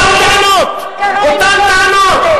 אותן טענות.